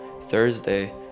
Thursday